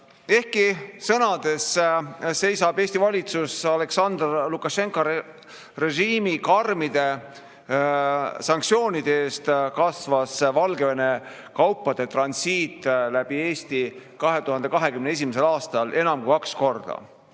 Ehkki sõnades seisab Eesti valitsus Aljaksandr Lukašenka režiimi [vastu kehtestatud] karmide sanktsioonide eest, kasvas Valgevene kaupade transiit läbi Eesti 2021. aastal enam kui kaks korda.